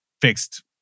fixed